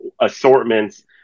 assortments